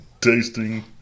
tasting